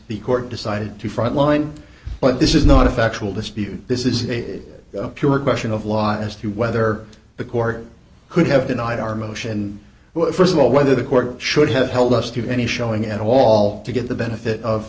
the court decided to front line but this is not a factual dispute this is a pure question of law as to whether the court could have denied our motion well st of all whether the court should have held us to any showing at all to get the benefit of